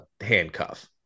handcuff